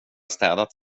städat